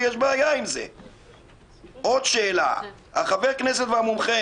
יש לך פה שולחן שלם של חברי כנסת שהם חרדים,